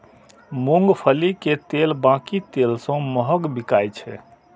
मूंगफली के तेल बाकी तेल सं महग बिकाय छै